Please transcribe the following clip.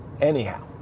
Anyhow